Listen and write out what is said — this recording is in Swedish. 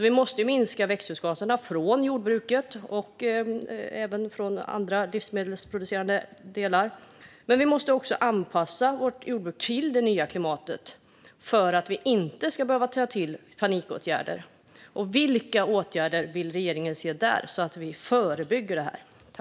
Vi måste minska utsläppen av växthusgaser från jordbruket, och även från andra livsmedelsproducerande delar, men vi måste också anpassa vårt jordbruk till det nya klimatet för att vi inte ska behöva ta till panikåtgärder. Vilka åtgärder vill regeringen se för att förebygga detta?